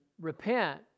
repent